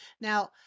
Now